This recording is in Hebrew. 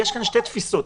יש כאן שתי תפיסות.